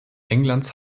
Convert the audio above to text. englands